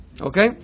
okay